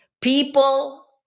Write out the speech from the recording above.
people